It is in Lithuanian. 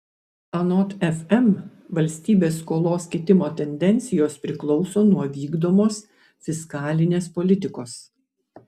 anot fm valstybės skolos kitimo tendencijos priklauso nuo vykdomos fiskalinės politikos